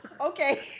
okay